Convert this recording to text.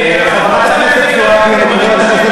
אני רק רציתי שתתייחס,